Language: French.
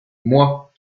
moi